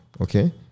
okay